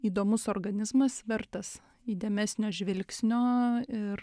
įdomus organizmas vertas įdėmesnio žvilgsnio ir